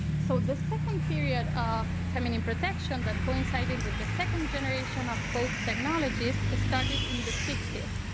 so the second period of feminine protection that coincided with the second generation of both technologies started in the sixty s.